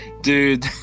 Dude